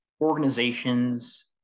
organizations